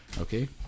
Okay